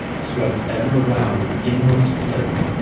swept ever around an inmost place,